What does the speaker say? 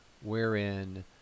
wherein